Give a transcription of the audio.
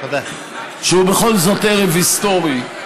שהוא בכל זאת ערב היסטורי: